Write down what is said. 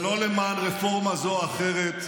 זה לא למען רפורמה זו או אחרת,